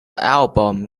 album